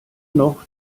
noch